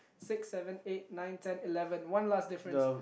six seven eight nine ten eleven one last difference